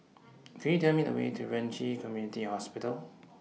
Can YOU Tell Me The Way to Ren Ci Community Hospital